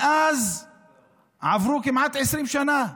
מאז עברו כמעט 20 שנה.